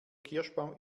kirschbaum